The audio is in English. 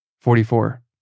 Forty-four